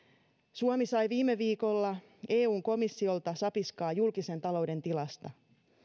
suomi sai viime viikolla eun komissiolta sapiskaa julkisen talouden tilasta